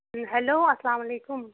hello اسلامُ علیکُم